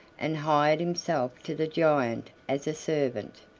and hired himself to the giant as a servant.